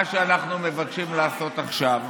מה שאנחנו מבקשים לעשות עכשיו,